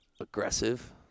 aggressive